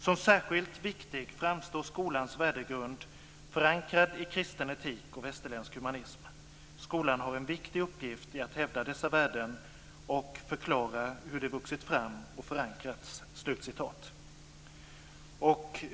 Som särskilt viktig framstår skolans värdegrund, förankrad i kristen etik och västerländsk humanism. Skolan har en viktig uppgift i att hävda dessa värden och förklara hur de vuxit fram och förankrats."